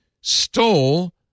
stole